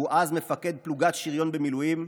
והוא אז מפקד פלוגת שריון במילואים,